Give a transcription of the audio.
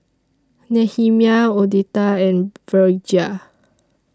Nehemiah Odette and Virgia